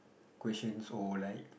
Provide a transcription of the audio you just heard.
questions or like